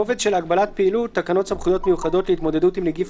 מתקינה הממשלה תקנות אלה: 1. בתקנות סמכויות מיוחדות להתמודדות עם נגיף